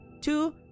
two